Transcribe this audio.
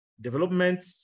development